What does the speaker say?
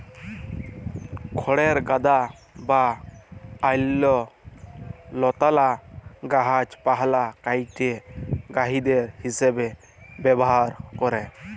খড়ের গাদা বা অইল্যাল্য লতালা গাহাচপালহা কাইটে গখাইদ্য হিঁসাবে ব্যাভার ক্যরে